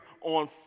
on